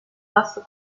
basso